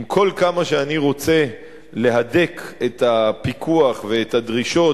ככל שאני רוצה להדק את הפיקוח ואת הדרישות